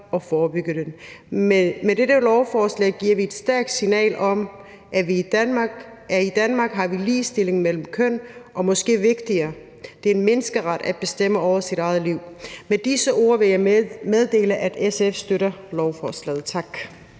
og forebygge social kontrol. Med dette lovforslag sender vi et stærkt signal om, at i Danmark har vi ligestilling mellem kønnene – og måske vigtigere, at det er en menneskeret at bestemme over sit eget liv. Med disse ord vil jeg meddele, at SF støtter lovforslaget. Tak.